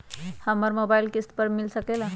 हमरा मोबाइल किस्त पर मिल सकेला?